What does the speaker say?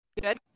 Good